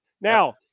Now